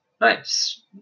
Nice